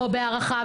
או הערכה,